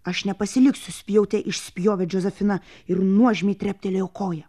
aš nepasiliksiu spjaute išspjovė džozefina ir nuožmiai treptelėjo koja